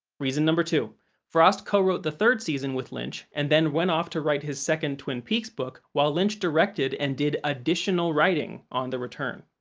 reason two frost co-wrote the third season with lynch and then went off to write his second twin peaks book while lynch directed and did additional writing on the return.